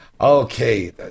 Okay